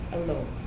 alone